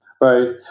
right